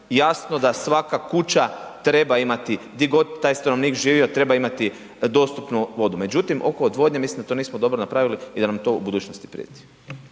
jasno da svaka kuća treba imati, di god taj stanovnik živio, treba imati dostupnu vodu, međutim, oko odvodnje mislim da to nismo dobro napravili i da nam to u budućnosti prijeti.